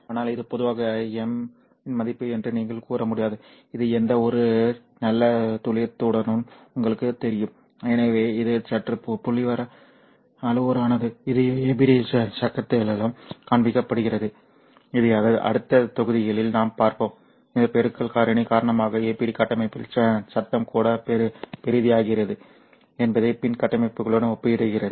ஆனால் இது பொதுவாக எம் இன் மதிப்பு என்று நீங்கள் கூற முடியாது இது எந்தவொரு நல்ல துல்லியத்துடனும் உங்களுக்குத் தெரியும் எனவே இது சற்று புள்ளிவிவர அளவுருவானது இது ஏபிடி சத்தத்திலும் காண்பிக்கப்படுகிறது இது அடுத்த தொகுதியில் நாம் பார்ப்போம் இந்த பெருக்கல் காரணி காரணமாக APD கட்டமைப்பில் சத்தம் கூட பெரியதாகிறது என்பதை PIN கட்டமைப்புகளுடன் ஒப்பிடுகிறது